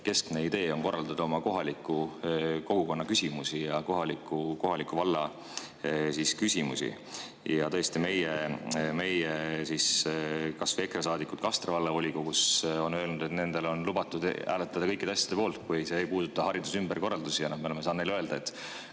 keskne idee on korraldada oma kohaliku kogukonna küsimusi ja kohaliku valla küsimusi. Tõesti, kas või EKRE saadikud Kastre vallavolikogus on öelnud, et neil on lubatud hääletada kõikide asjade poolt, kui see ei puuduta hariduse ümberkorraldusi. Noh, me oleme saanud neile öelda, et